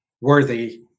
worthy